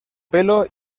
pelo